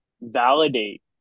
validate